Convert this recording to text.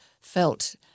felt